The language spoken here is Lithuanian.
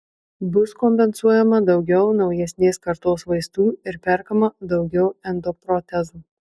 bus kompensuojama daugiau naujesnės kartos vaistų ir perkama daugiau endoprotezų